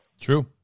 True